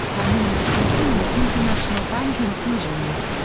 by means of continuous international banking fusions.